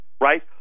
right